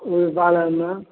ओहि बारेमे